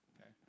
okay